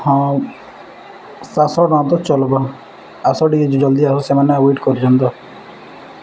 ହଁ ସାତଶହ ଟଙ୍କା ତ ଚଲବ୍ ଆସ ଟିକେ ଯେ ଜଲ୍ଦି ଆସ ସେମାନେ ୱେଟ୍ କରିଛନ୍ତି ତ